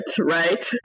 right